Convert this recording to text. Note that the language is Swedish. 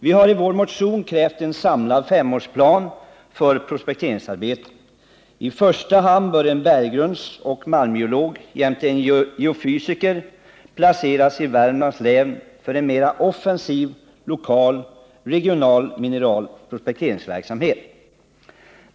Vi har i vår motion krävt en samlad femårsplan för prospekteringsarbeten. I första hand bör en berggrundsoch malmgeolog jämte en geofysiker placeras i Värmlands län för en mera offensiv Ickal och regional mineraloch prospekteringsverksamhet.